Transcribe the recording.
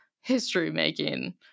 history-making